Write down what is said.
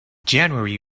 january